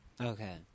Okay